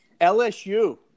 LSU